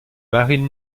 marilyn